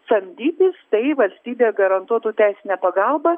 samdytis tai valstybė garantuotų teisinę pagalbą